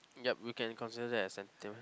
yup we can consider that as sensitive